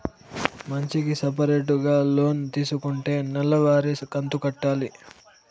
మంచికి సపరేటుగా లోన్ తీసుకుంటే నెల వారి కంతు కట్టాలి